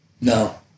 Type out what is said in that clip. No